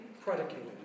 predicated